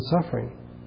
suffering